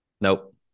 nope